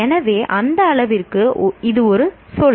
எனவே அந்த அளவிற்கு இது ஒரு சொல்